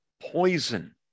poison